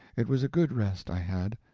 it was a good rest i had,